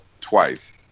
twice